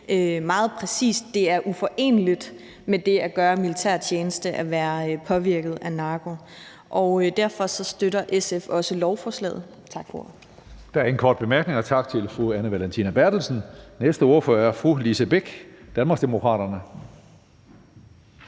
meget præcist: Det er uforeneligt med det at gøre militærtjeneste at være påvirket af narko. Derfor støtter SF også lovforslaget. Tak for